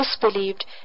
disbelieved